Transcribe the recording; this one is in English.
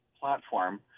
platform